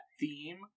theme